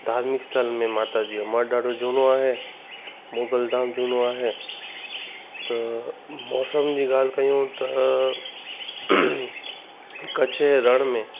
धार्मिक स्थल में माता जी जो मढ़ ॾाढो झूनो आहे मोगलधाम झूनो आहे त मौसम जी ॻाल्हि कयूं त कच्छ जे रण में